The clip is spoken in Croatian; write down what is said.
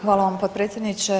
Hvala vam potpredsjedniče.